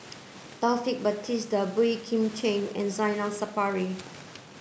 Taufik Batisah Boey Kim Cheng and Zainal Sapari